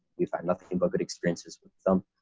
we've had nothing but good experiences with them.